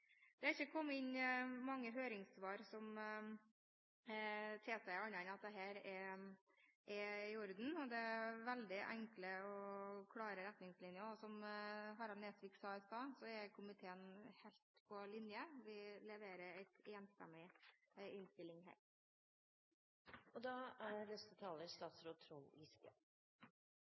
Det har ikke kommet inn mange høringssvar som tilsier noe annet enn at dette er i orden. Det er veldig enkle og klare retningslinjer, og som Harald T. Nesvik sa i stad, er komiteen helt på linje. Vi leverer en enstemmig innstilling her.